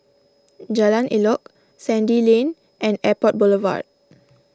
Jalan Elok Sandy Lane and Airport Boulevard